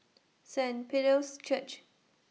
Saint Peter's Church